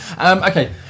Okay